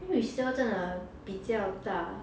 I think resale 真的比较大